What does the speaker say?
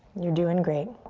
you're doing great.